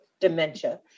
dementia